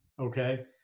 Okay